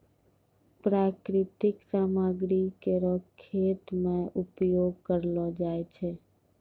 प्राकृतिक सामग्री केरो खेत मे उपयोग करलो जाय छै